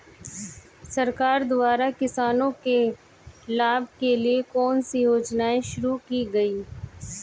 सरकार द्वारा किसानों के लाभ के लिए कौन सी योजनाएँ शुरू की गईं?